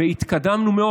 התקדמנו מאוד.